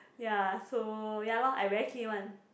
ya so ya loh I very clean one